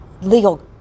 legal